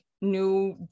new